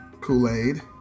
Kool-Aid